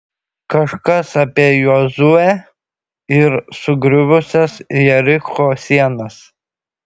kažkas apie jozuę ir sugriuvusias jericho sienas